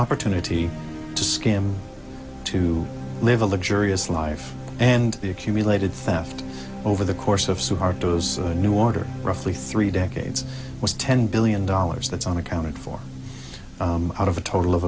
opportunity to scam to live a luxurious life and the accumulated theft over the course of suharto's new order roughly three decades was ten billion dollars that's on accounted for out of a total of